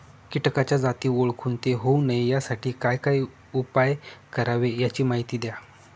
किटकाच्या जाती ओळखून ते होऊ नये यासाठी काय उपाय करावे याची माहिती द्या